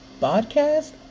Podcast